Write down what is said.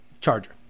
Charger